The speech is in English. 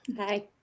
Hi